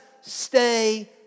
stay